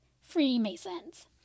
Freemasons